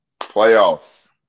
playoffs